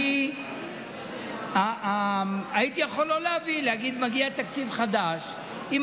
אני הייתי יכול לא להביא, להגיד: מגיע תקציב חדש.